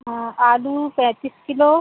हाँ आलू पैंतीस किलो